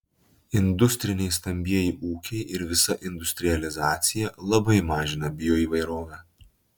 industriniai stambieji ūkiai ir visa industrializacija labai mažina bioįvairovę